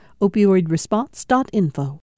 Opioidresponse.info